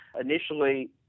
Initially